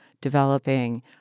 developing